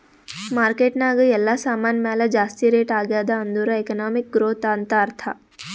market ನಾಗ್ ಎಲ್ಲಾ ಸಾಮಾನ್ ಮ್ಯಾಲ ಜಾಸ್ತಿ ರೇಟ್ ಆಗ್ಯಾದ್ ಅಂದುರ್ ಎಕನಾಮಿಕ್ ಗ್ರೋಥ್ ಅಂತ್ ಅರ್ಥಾ